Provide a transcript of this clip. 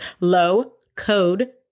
Low-code